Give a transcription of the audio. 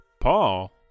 Paul